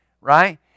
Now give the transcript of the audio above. right